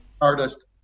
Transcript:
artist